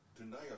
tonight